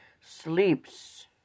sleeps